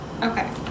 Okay